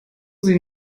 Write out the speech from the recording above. sie